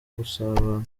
gusabana